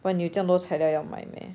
!wah! 你有这样多材料要买 meh